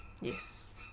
Yes